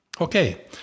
Okay